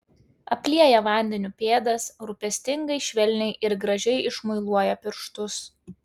aplieja vandeniu pėdas rūpestingai švelniai ir gražiai išmuiluoja pirštus